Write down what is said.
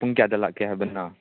ꯄꯨꯡ ꯀꯌꯥꯗ ꯂꯥꯛꯀꯦ ꯍꯥꯏꯕ ꯅꯪ